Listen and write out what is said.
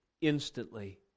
instantly